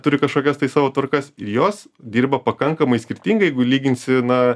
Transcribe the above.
turi kažkokias tai savo tvarkas ir jos dirba pakankamai skirtingai jeigu lyginsi na